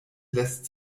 lässt